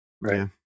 Right